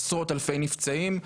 עשרות אלפי נפצעים.